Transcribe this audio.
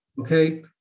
Okay